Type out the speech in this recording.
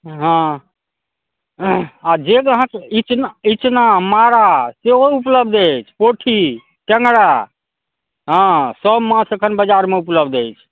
हँ आओर जे अहाँ इचना इचना मारा सेहो उपलब्ध अछि पोठी टेङ्गरा हँ सब माछ एखन बजारमे उपलब्ध अछि